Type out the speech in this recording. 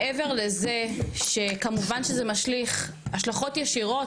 מעבר לזה שכמובן שזה משליך השלכות ישירות